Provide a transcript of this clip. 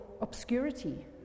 obscurity